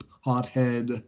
hothead